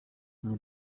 nie